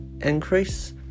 increase